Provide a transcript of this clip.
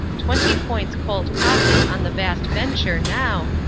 twenty points cold profit on the vast venture, now,